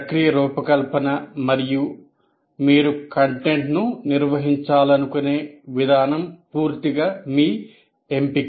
ప్రక్రియ రూపకల్పన మరియు మీరు కంటెంట్ను నిర్వహించాలనుకునే విధానం పూర్తిగా మీ ఎంపిక